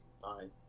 Fine